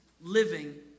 living